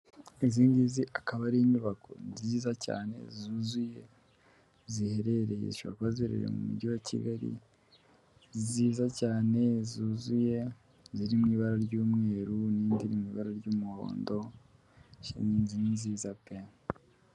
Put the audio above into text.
Izi ngizi akaba ari inyubako nziza cyane zuzuye ziherereye mu mujyi wa kigali; nziza cyane zuzuye, ziri mu ibara ry'umweru ;n'indi mu ibara ry'umuhondo ni nziza pe!